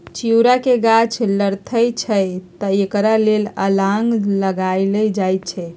घिउरा के गाछ लथरइ छइ तऽ एकरा लेल अलांन लगायल जाई छै